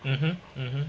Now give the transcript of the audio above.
mmhmm mmhmm